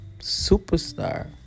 superstar